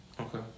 Okay